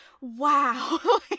Wow